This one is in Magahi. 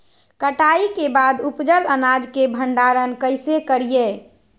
कटाई के बाद उपजल अनाज के भंडारण कइसे करियई?